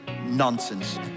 Nonsense